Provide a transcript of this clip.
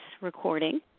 recording